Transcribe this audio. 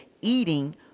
eating